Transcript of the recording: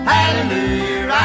Hallelujah